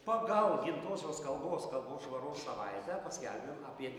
pagal gimtosios kalbos kalbos švaros savaitę paskelbėm apie